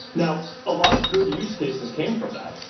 now, a lot of good use cases came from that.